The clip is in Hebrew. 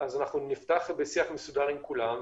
אנחנו נפתח בשיח מסודר עם כולם.